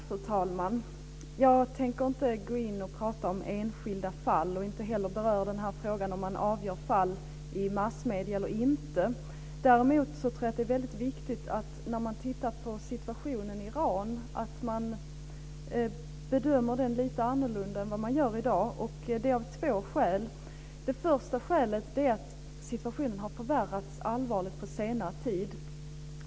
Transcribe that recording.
Fru talman! Jag tänker inte gå in och prata om enskilda fall, och inte heller beröra frågan om huruvida fall avgörs i massmedier eller inte. Däremot tror jag att det är väldigt viktigt när man tittar på situationen i Iran att man bedömer den lite annorlunda än vad man gör i dag. Det är av två skäl. Det första skälet är att situationen har förvärrats allvarligt på senare tid.